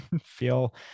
feel